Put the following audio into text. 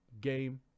game